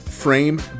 frame